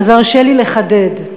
תרשה לי לחדד.